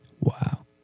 Wow